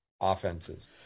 offenses